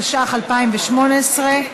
התשע"ח 2018,